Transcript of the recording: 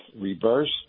reversed